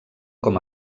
com